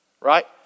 right